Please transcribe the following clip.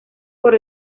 por